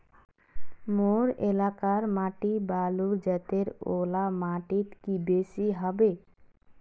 मोर एलाकार माटी बालू जतेर ओ ला माटित की बेसी हबे?